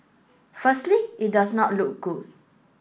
firstly it does not look good